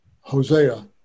Hosea